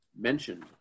mentioned